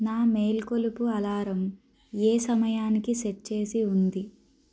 నా మేలుకొలుపు అలారం ఏ సమయానికి సెట్ చేసి ఉంది